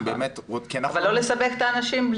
נכון, אבל לא לסבך את האנשים.